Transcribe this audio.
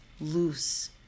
loose